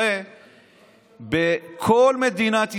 הרי בכל מדינת ישראל,